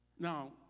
Now